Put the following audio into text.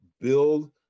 build